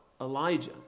Elijah